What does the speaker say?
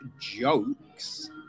jokes